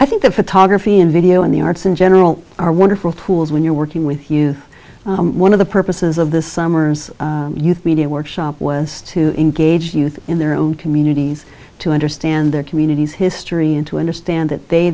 i think the photography and video and the arts in general are wonderful tools when you're working with you one of the purposes of this summer's youth media workshop was to engage youth in their own communities to understand their communities history and to understand that they